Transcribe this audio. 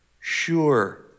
sure